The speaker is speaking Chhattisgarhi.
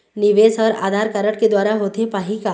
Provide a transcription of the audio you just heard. निवेश हर आधार कारड के द्वारा होथे पाही का?